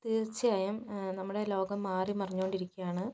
തീർച്ചയായും നമ്മുടെ ലോകം മാറിമറിഞ്ഞു കൊണ്ടിരിക്കുകയാണ്